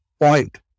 point